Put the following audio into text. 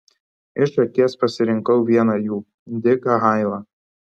iš akies pasirinkau vieną jų diką hailą